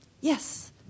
Yes